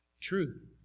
truth